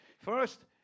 First